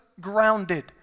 grounded